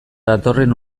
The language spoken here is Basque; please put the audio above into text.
datorren